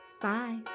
Bye